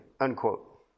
Unquote